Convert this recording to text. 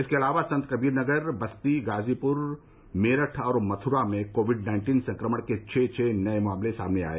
इसके अलावा संतकबीर नगर बस्ती गाजीपुर मेरठ और मथुरा में कोविड नाइन्टीन संक्रमण के छः छः नए मामले सामने आये